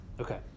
okay